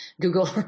Google